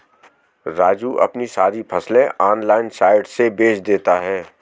राजू अपनी सारी फसलें ऑनलाइन साइट से बेंच देता हैं